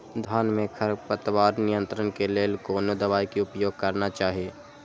धान में खरपतवार नियंत्रण के लेल कोनो दवाई के उपयोग करना चाही?